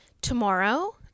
Tomorrow